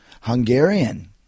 Hungarian